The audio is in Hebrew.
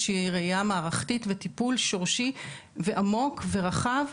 שהיא ראייה מערכתית וטיפול שורשי ועמוק ורחב,